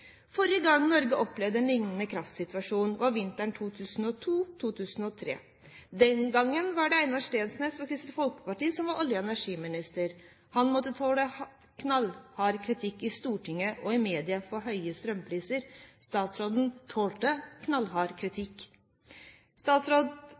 Forrige gang Norge opplevde en liknende kraftsituasjon, var vinteren 2002–2003. Den gangen var det Einar Steensnæs fra Kristelig Folkeparti som var olje- og energiminister. Han måtte tåle knallhard kritikk i Stortinget og i mediene for høye strømpriser. Statsråden tålte knallhard